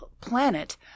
planet